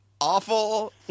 awful